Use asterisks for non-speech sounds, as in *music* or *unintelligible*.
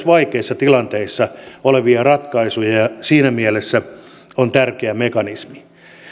*unintelligible* vaikeissa tilanteissa olevia ratkaisuja ja siinä mielessä se on tärkeä mekanismi